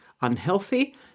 unhealthy